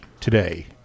today